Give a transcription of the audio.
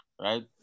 right